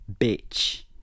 bitch